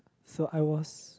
so I was